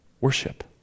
worship